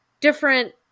different